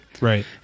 right